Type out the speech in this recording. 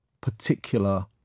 particular